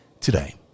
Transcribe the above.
today